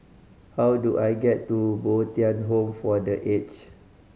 how do I get to Bo Tien Home for The Age